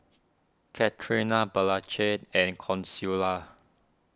Katharina Blanche and Consuela